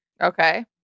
Okay